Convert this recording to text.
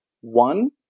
one